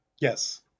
Yes